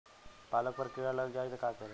पालक पर कीड़ा लग जाए त का करी?